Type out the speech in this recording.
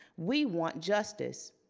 we want justice.